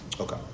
Okay